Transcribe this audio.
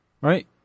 Right